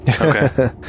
Okay